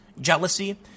jealousy